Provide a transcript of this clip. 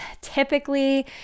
typically